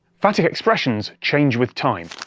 phatic expressions change with time.